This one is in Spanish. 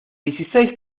dieciséis